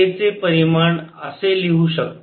k चे परिमाण असे लिहू शकता